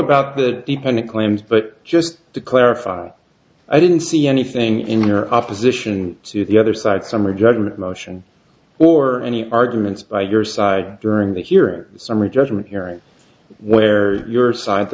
about the impending claims but just to clarify i didn't see anything in your opposition to the other side summary judgment motion or any arguments by your side during the hearing the summary judgment hearing where your side